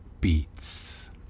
beats